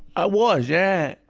ah was, yeah.